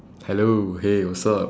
hello hey what's up